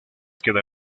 queda